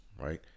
right